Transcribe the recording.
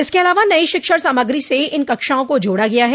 इसके अलावा नई शिक्षण सामग्री से इन कक्षाओं को जोड़ा गया है